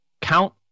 count